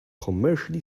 commercially